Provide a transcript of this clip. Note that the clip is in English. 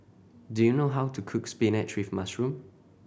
do you know how to cook spinach with mushroom